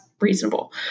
reasonable